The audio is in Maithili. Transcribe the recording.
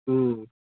ह्म्म